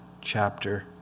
chapter